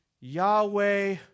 Yahweh